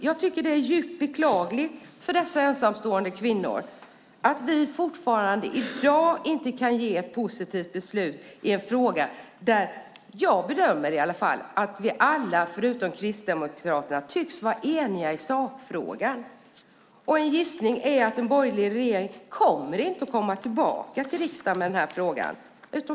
Jag tycker att det är djupt beklagligt för dessa ensamstående kvinnor att vi fortfarande i dag inte kan ge ett positivt besked i en fråga där, i alla fall som jag bedömer det, vi alla förutom Kristdemokraterna tycks vara eniga i sakfrågan. En gissning är att en borgerlig regering inte kommer att komma tillbaka till riksdagen med den här frågan.